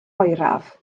oeraf